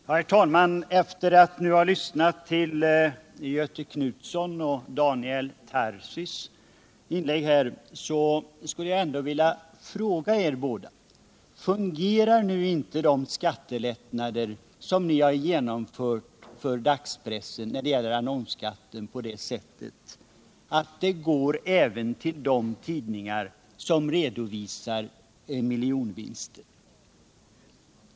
Herr talman! Efter att ha lyssnat på Göthe Knutsons och Daniel Tarschys inlägg vill jag fråga de båda talarna: Fungerar inte de skattelättnader som vi har genomfört för dagspressen när det gäller annonsskatten på det sättet att hjälpen går även till de tidningar som redovisar miljonvinster?